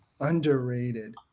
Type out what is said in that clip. Underrated